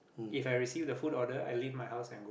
If I receive the food order I leave my house and go